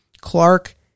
Clark